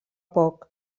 poc